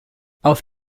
auf